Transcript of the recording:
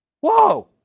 Whoa